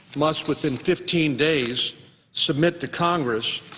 must within fifteen days submit to congress